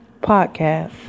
podcast